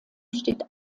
steht